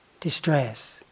distress